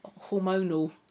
hormonal